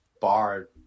bar